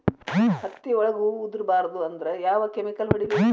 ಹತ್ತಿ ಒಳಗ ಹೂವು ಉದುರ್ ಬಾರದು ಅಂದ್ರ ಯಾವ ಕೆಮಿಕಲ್ ಹೊಡಿಬೇಕು?